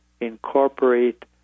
incorporate